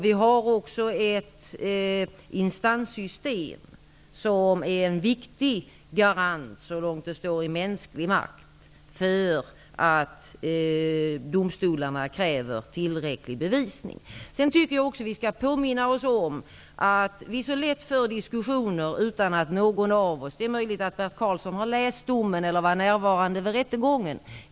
Vi har ett instanssystem som är en viktig garant för att domstolarna så långt det står i mänsklig makt skall kräva tillräcklig bevisning. Jag tycker också att vi skall påminna oss om att vi så lätt för diskussioner utan att någon av oss är insatta. Det är möjligt att Bert Karlsson har läst domen eller var närvarande vid rättegången.